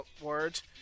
words